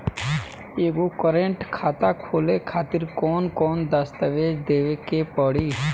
एगो करेंट खाता खोले खातिर कौन कौन दस्तावेज़ देवे के पड़ी?